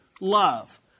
love